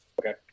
Okay